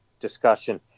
discussion